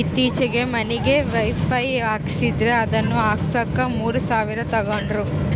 ಈತ್ತೀಚೆಗೆ ಮನಿಗೆ ವೈಫೈ ಹಾಕಿಸ್ದೆ ಅದನ್ನ ಹಾಕ್ಸಕ ಮೂರು ಸಾವಿರ ತಂಗಡ್ರು